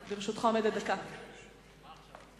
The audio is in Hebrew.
אני לא מעוניין להשיב על שאלות, אני